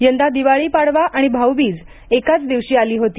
यंदा दिवाळी पाडवा आणि भाऊबीज एकाच दिवशी आली होती